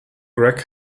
greg